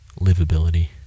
livability